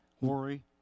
worry